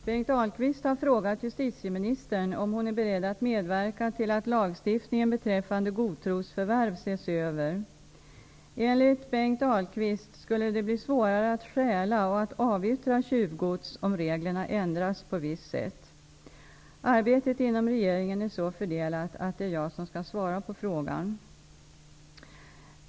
Fru talman! Bengt Ahlquist har frågat justitieministern om hon är beredd att medverka till att lagstiftningen beträffande godtrosförvärv ses över. Enligt Bengt Ahlquist skulle det bli svårare att stjäla och att avyttra tjuvgods om reglerna ändras på visst sätt. Arbetet inom regeringen är så fördelat att det är jag som skall svara på frågan.